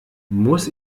muss